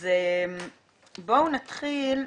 אז בואו נתחיל,